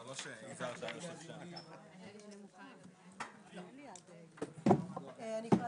לה שאנחנו מטפלים בה כאן עכשיו אבל שתדע שראיות פורנזיות לא נוכל